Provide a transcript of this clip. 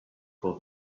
for